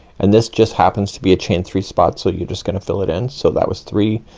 and this just happens to be a chain three spot. so you're just gonna fill it in. so that was three.